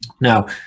Now